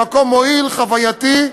במקום מועיל וחווייתי,